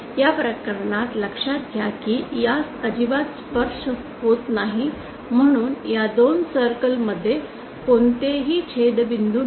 या प्रकरणात लक्षात घ्या की यास अजिबात स्पर्श होत नाही म्हणून या दोन सर्कल मध्ये कोणतेही छेदनबिंदू नाहीत